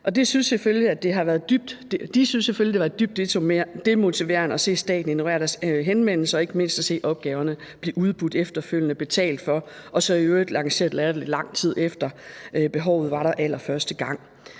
De synes selvfølgelig, at det har været demotiverende at se staten ignorere deres henvendelser og ikke mindst at se opgaverne blive udbudt efterfølgende og betalt for og så i øvrigt lanceret, latterlig lang tid efter behovet var der allerførste gang.